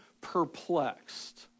perplexed